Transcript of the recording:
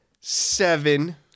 seven